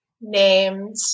named